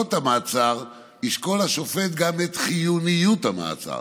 עילות המעצר ישקול השופט גם את חיוניות המעצר,